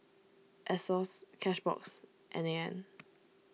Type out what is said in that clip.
Asos Cashbox N A N